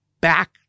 back